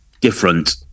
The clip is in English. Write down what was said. different